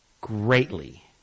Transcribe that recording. greatly